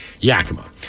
Yakima